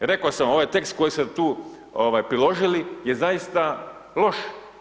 Rekao sam ovaj tekst koji ste tu priložili je zaista loš.